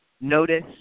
notice